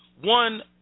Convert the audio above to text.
One